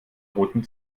roten